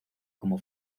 como